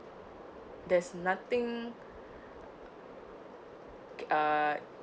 there's nothing uh